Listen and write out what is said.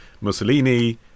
Mussolini